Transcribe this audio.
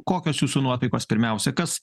kokios jūsų nuotaikos pirmiausia kas